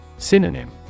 Synonym